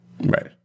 Right